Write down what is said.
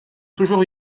toujours